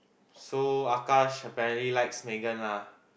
so Akash apparently like Megan lah